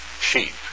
sheep